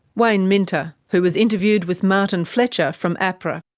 wayne minter, who was interviewed with martin fletcher from ahpra.